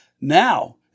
Now